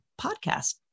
podcast